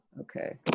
Okay